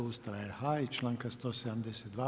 Ustava RH i članka 172.